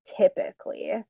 typically